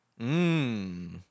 Mmm